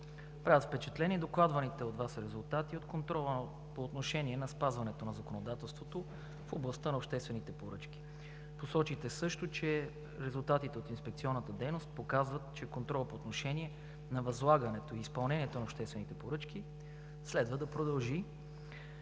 Правят впечатление докладваните от Вас резултати от контрола по отношение спазването на законодателството в областта на обществените поръчки. Посочихте също, че резултатите от инспекционната дейност показват, че контролът по отношение на възлагането и изпълнението на обществените поръчки следва да продължи